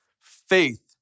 faith